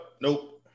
Nope